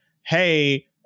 hey